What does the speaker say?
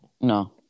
No